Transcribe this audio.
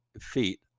feet